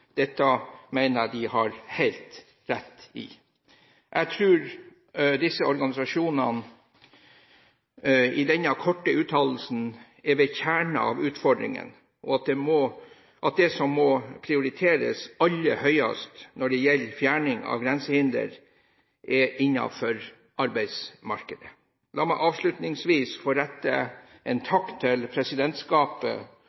Dette mener jeg de har helt rett i. Jeg tror disse organisasjonene i denne korte uttalelsen er ved kjernen av utfordringene, og at det som må prioriteres aller høyest når det gjelder fjerning av grensehinder, er innenfor arbeidsmarkedet. La meg avslutningsvis få rette en